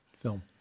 film